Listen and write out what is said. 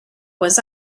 was